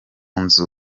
nzu